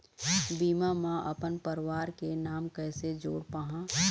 बीमा म अपन परवार के नाम कैसे जोड़ पाहां?